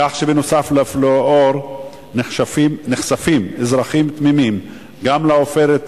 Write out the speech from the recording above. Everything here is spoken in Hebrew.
כך שנוסף על הפלואור נחשפים אזרחים תמימים גם לעופרת,